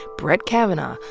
brett kavanaugh,